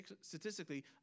statistically